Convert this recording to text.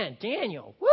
Daniel